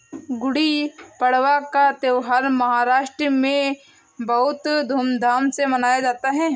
गुड़ी पड़वा का त्यौहार महाराष्ट्र में बहुत धूमधाम से मनाया जाता है